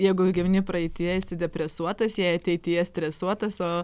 jeigu gyveni praeityje esi depresuotas jei ateityje stresuotas o